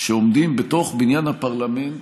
שעומדים בתוך בניין הפרלמנט